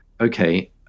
okay